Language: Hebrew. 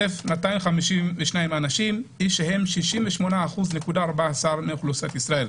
6,336,252 אנשים שהם 68.14% מאוכלוסייה במדינת ישראל.